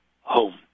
home